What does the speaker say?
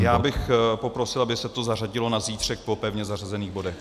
Já bych poprosil, aby se to zařadilo na zítřek po pevně zařazených bodech.